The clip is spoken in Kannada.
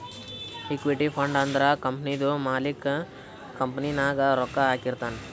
ಇಕ್ವಿಟಿ ಫಂಡ್ ಅಂದುರ್ ಕಂಪನಿದು ಮಾಲಿಕ್ಕ್ ಕಂಪನಿ ನಾಗ್ ರೊಕ್ಕಾ ಹಾಕಿರ್ತಾನ್